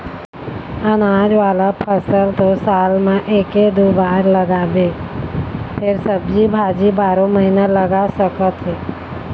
अनाज वाला फसल तो साल म एके दू बार लगाबे फेर सब्जी भाजी बारो महिना लगा सकत हे